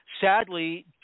Sadly